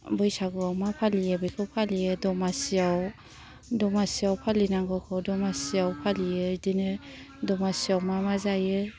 बैसागुआव मा फालियो बेखौ फालियो दमासिआव दमासिआव फालिनांगौखौ दमासियाव फालियो बिदिनो दमासियाव मा मा जायो